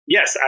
Yes